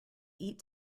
eat